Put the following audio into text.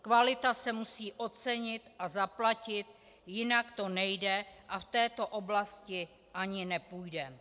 Kvalita se musí ocenit a zaplatit, jinak to nejde a v této oblasti ani nepůjde.